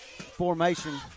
formation